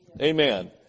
Amen